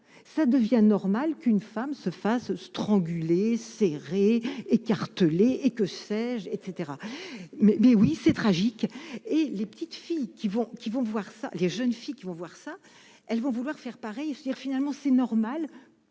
ça devient normal qu'une femme se fasse strangulation écartelé et que sais-je, etc mais oui c'est tragique et les petites filles qui vont qui vont voir ça, les jeunes filles qui vont voir ça, elles vont vouloir faire pareil, c'est-à-dire finalement c'est normal